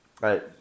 Right